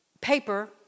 paper